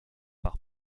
par